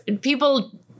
people